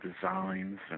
designs